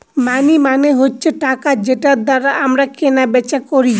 মানি মানে হচ্ছে টাকা যেটার দ্বারা আমরা কেনা বেচা করি